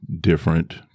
different